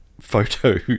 photo